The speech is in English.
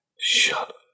Shut